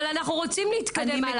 אנחנו רוצים להתקדם.